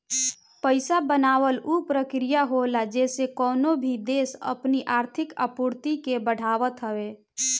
पईसा बनावल उ प्रक्रिया होला जेसे कवनो भी देस अपनी आर्थिक आपूर्ति के बढ़ावत हवे